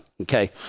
okay